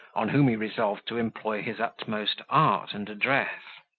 on whom he resolved to employ his utmost art and address.